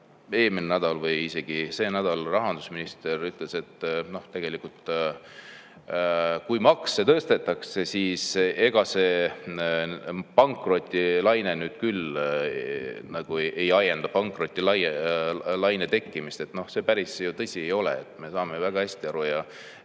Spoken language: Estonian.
eelmine nädal või isegi see nädal rahandusminister ütles, et tegelikult, kui makse tõstetakse, siis ega see pankrotilaine nüüd küll … See ei ajenda pankrotilaine tekkimist. See päris tõsi ei ole, me saame väga hästi aru.